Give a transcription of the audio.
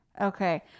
Okay